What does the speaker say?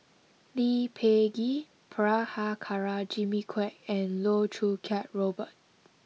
Lee Peh Gee Prabhakara Jimmy Quek and Loh Choo Kiat Robert